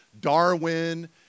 Darwin